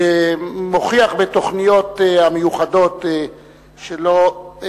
שמוכיח בתוכניות המיוחדות שלו,